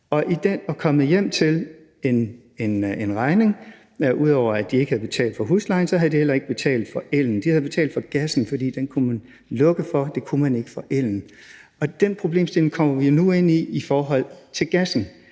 og er kommet hjem til en regning. Ud over at lejerne ikke havde betalt husleje, havde de heller ikke betalt for el. De havde betalt for gassen, for den kunne man lukke for, men det kunne man ikke for el. Og den problemstilling kommer vi nu ind i i forhold til gassen.